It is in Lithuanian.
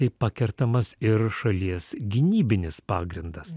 taip pakertamas ir šalies gynybinis pagrindas